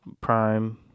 Prime